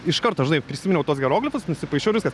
iš karto žinai prisiminiau tuos hieroglifus nusipaišiau ir viskas